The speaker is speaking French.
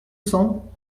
cents